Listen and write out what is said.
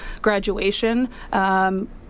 graduation